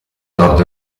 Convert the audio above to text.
nord